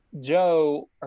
Joe